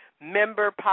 member